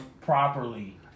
properly